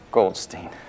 Goldstein